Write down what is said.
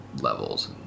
levels